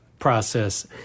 process